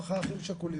אחים שכולים.